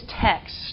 text